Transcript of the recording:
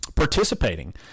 Participating